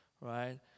right